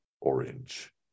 orange